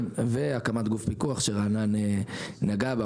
והקמת גוף פיקוח במשרד החקלאות שרענן נגע בו,